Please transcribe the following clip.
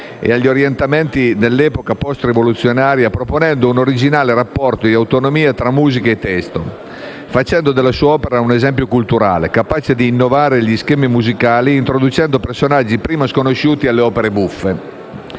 e agli orientamenti dell'epoca post-rivoluzionaria, proponendo un originale rapporto di autonomia tra musica e testo, facendo della sua opera un esempio culturale, capace di innovare gli schemi musicali e introducendo personaggi prima sconosciuti alle opere buffe.